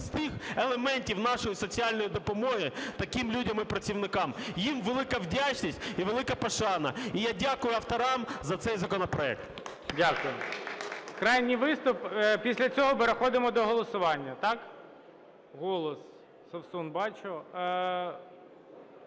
із тих елементів нашої соціальної допомоги таким людям і працівникам. Їм велика вдячність і велика пошана. І я дякую авторам за цей законопроект. ГОЛОВУЮЧИЙ. Дякую. Крайній виступ, після цього переходимо до голосування, так? "Голос", Совсун бачу.